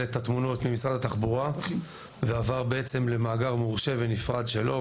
את התמונות ממשרד התחבורה ועבר למאגר מורשה ונפרד שלו,